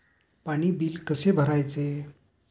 पाणी बिल कसे भरायचे?